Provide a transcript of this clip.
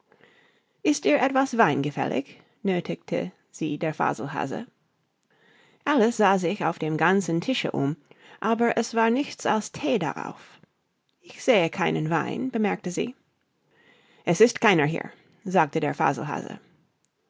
ist dir etwas wein gefällig nöthigte sie der faselhase alice sah sich auf dem ganzen tische um aber es war nichts als thee darauf ich sehe keinen wein bemerkte sie es ist keiner hier sagte der